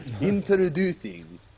Introducing